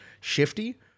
shifty